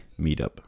meetup